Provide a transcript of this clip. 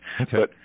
Okay